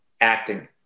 Acting